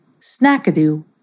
Snackadoo